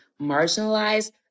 marginalized